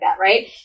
Right